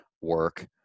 work